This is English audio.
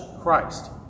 Christ